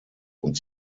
und